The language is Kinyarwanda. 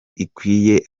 ikwiye